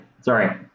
Sorry